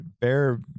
bear